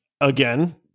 Again